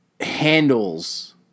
handles